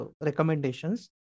recommendations